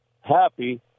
happy